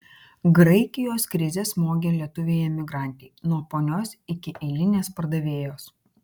graikijos krizė smogė lietuvei emigrantei nuo ponios iki eilinės pardavėjos